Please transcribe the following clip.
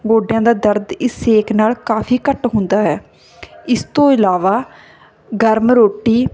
ਗੋਡਿਆਂ ਦਾ ਦਰਦ ਇਸ ਸੇਕ ਨਾਲ ਕਾਫ਼ੀ ਘੱਟ ਹੁੰਦਾ ਹੈ ਇਸ ਤੋਂ ਇਲਾਵਾ ਗਰਮ ਰੋਟੀ